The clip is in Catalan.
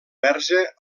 verge